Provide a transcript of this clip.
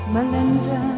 Melinda